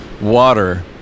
water